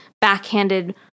backhanded